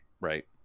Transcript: Right